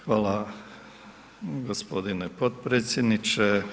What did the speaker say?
Hvala gospodine potpredsjedniče.